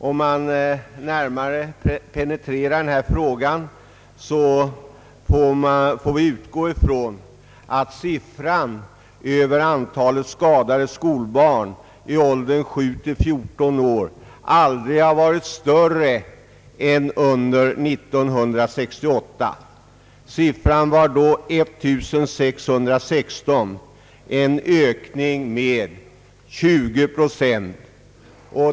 Om vi närmare penetrerar denna fråga får vi utgå från att siffran för antalet skadade skolbarn i åldrarna 7—14 år aldrig har varit större än under 1968. Siffran var då 1616 — en ökning med 20 procent.